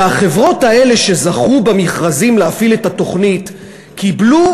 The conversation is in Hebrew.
שהחברות האלה שזכו במכרזים להפעיל את התוכנית קיבלו